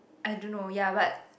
I don't know ya but